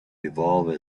evolve